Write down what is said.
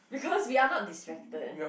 because we are not distracted